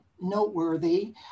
noteworthy